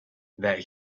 that